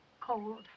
cold